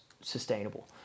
sustainable